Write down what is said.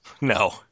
No